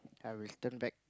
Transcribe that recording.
I will turn back